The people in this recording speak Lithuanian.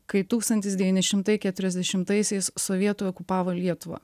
kai tūkstantis devyni šimtai keturiasdešimtaisiais sovietai okupavo lietuvą